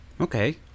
Okay